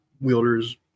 wielders